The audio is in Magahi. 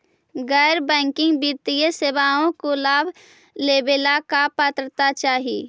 गैर बैंकिंग वित्तीय सेवाओं के लाभ लेवेला का पात्रता चाही?